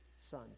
son